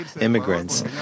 immigrants